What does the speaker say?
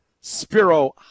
Spiro